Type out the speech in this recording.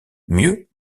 mieux